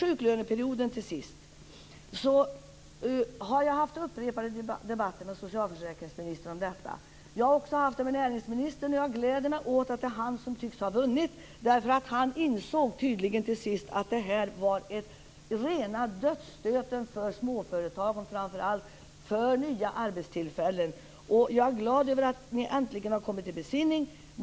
Jag har haft upprepade debatter med socialförsäkringsministern om sjuklöneperioden. Jag har också haft sådana debatter med näringsministern, och jag gläder mig åt att det är han som tycks ha vunnit. Han insåg tydligen till sist att det här var rena dödsstöten framför allt för småföretagen och för nya arbetstillfällen. Jag är glad över att ni äntligen har kommit till besinning.